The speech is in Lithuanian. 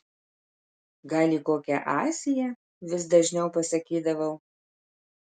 gal į kokią aziją vis dažniau pasakydavau